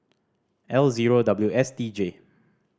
L zero W S T J